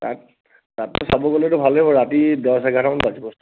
তাত তাততো চাব গ'লেতো ভালেই বাৰু ৰাতি দহ এঘাৰটা মান বজিব চাগৈ